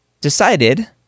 decided